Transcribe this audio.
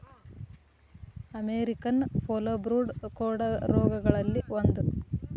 American foulbrood ಕೋಡ ರೋಗಗಳಲ್ಲಿ ಒಂದ